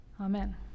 Amen